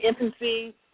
infancy